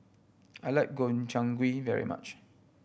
I like Gobchang Gui very much